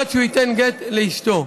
עד שהוא ייתן גט לאשתו.